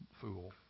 fool